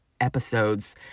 episodes